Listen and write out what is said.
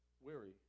weary